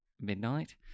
midnight